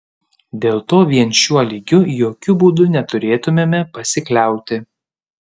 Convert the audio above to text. dėl to vien šiuo lygiu jokiu būdu neturėtumėme pasikliauti